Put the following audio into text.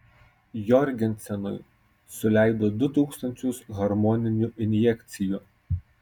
jorgensenui suleido du tūkstančius hormoninių injekcijų